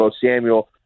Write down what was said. Samuel